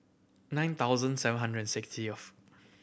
nine thousand seven hundred and sixtieth